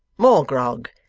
more grog,